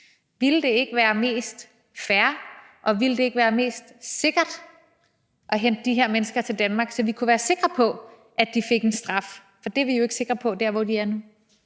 Ville det ikke være mest fair, og ville det ikke være mest sikkert at hente de her mennesker til Danmark, så vi kunne være sikre på, at de får en straf? Det er vi jo ikke sikre på dér, hvor de er nu.